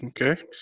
Okay